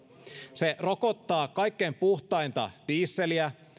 se rokottaa kaikkein puhtainta dieseliä